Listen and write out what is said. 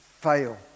fail